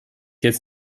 jetzt